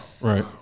Right